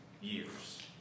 years